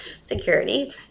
security